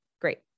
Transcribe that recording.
Great